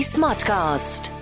Smartcast